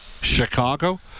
Chicago